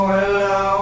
Hello